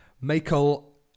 Michael